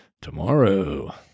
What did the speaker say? tomorrow